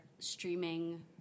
streaming